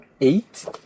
eight